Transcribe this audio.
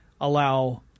allow